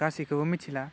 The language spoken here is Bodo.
गासैखौबो मिथिला